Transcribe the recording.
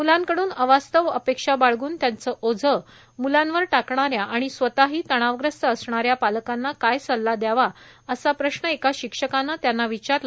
म्लांकडून अवास्तव अपेक्षा बाळगुन त्याचं ओझ मुलांवर टाकणाऱ्या आणि स्वतःही तणावग्रस्त असणाऱ्या पालकांना काय सल्ला दयावा असा प्रश्न एका शिक्षकाने त्यांना विचारला